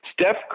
Steph